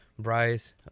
Bryce